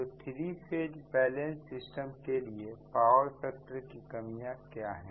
तो three phase balance system के लिए पावर फैक्टर की कमियां क्या है